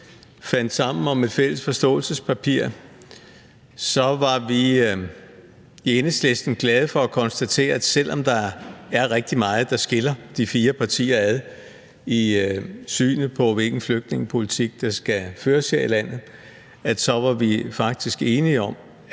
fandt sammen om et fælles forståelsespapir, var vi i Enhedslisten glade for at konstatere, at vi – selv om der er rigtig meget, der skiller de fire partier ad i synet på, hvilken flygtningepolitik der skal føres her i landet – faktisk var enige om,